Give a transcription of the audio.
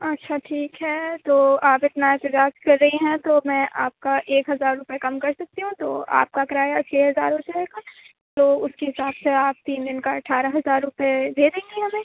اچھا ٹھیک ہے تو آپ اتنا اعتراض کر رہی ہیں تو میں آپ کا ایک ہزار روپیے کم کر سکتی ہوں تو آپ کا کرایہ چھ ہزار ہوجائے گا تو اُس کے حساب سے آپ تین دِن کا اٹھارہ ہزار روپیے دے دیں گی ہمیں